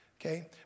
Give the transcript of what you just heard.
Okay